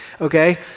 okay